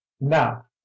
now